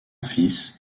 fils